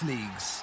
Leagues